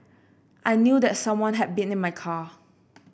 I knew that someone have been in my car